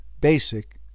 basic